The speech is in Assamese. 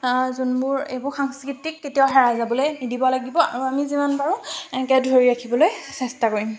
যোনবোৰ এইবোৰ সাংস্কৃতিক কেতিয়াও হেৰাই যাবলৈ নিদিব লাগিব আৰু আমি যিমান পাৰোঁ এনেকৈ ধৰি ৰাখিবলৈ চেষ্টা কৰিম